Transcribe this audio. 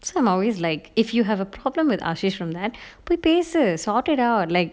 so I'm always like if you have a problem with ashey put pieces sort it out like